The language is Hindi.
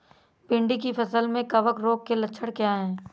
भिंडी की फसल में कवक रोग के लक्षण क्या है?